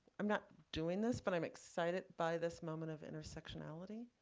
i'm not doing this. but i'm excited by this moment of intersectionality.